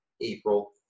April